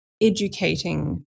educating